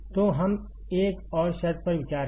तो हम एक और शर्त पर विचार करें